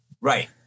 Right